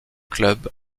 clubs